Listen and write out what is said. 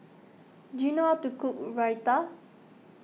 do you know how to cook Raita